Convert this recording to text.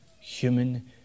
human